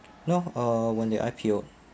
ya uh when they I_P_Oed